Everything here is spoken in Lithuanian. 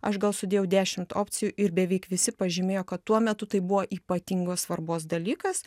aš gal sudėjau dešimt opcijų ir beveik visi pažymėjo kad tuo metu tai buvo ypatingos svarbos dalykas